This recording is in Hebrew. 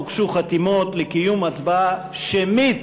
הוגשו חתימות לקיום הצבעה שמית